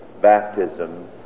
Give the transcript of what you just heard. baptism